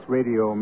Radio